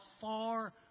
far